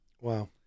Wow